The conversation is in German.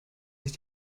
sich